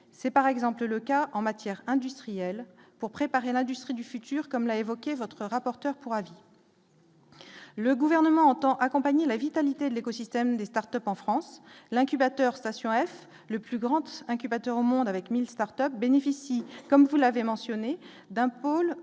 c'est par exemple le cas en matière industrielle, pour préparer l'industrie du futur, comme l'a évoqué votre rapporteur pour avis. Le gouvernement entend accompagner la vitalité, l'écosystème des Start-Up en France l'incubateur, station Elf, le plus grand E incubateur au monde avec 1000 Start-Up bénéficie, comme vous l'avez mentionné d'un pôle ou les